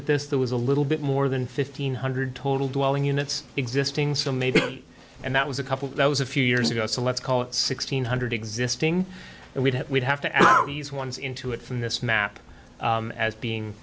at this there was a little bit more than fifteen hundred total dwelling units existing so maybe and that was a couple that was a few years ago so let's call it sixteen hundred existing and we'd have we'd have to ask how these ones into it from this map as being